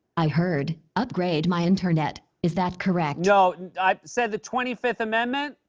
i heard, upgrade my internet. is that correct? no, and i said, the twenty fifth amendment.